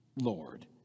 Lord